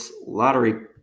lottery